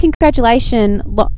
Congratulations